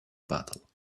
bottle